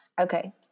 Okay